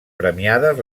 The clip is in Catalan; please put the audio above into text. premiades